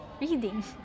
reading